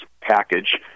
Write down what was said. package